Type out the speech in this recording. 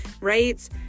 right